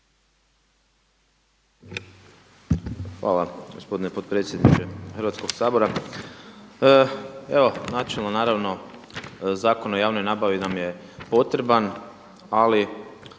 Hvala gospodine potpredsjedniče Hrvatskoga sabora. Evo, načelno naravno zakon o javnoj nabavi nam je potreban ali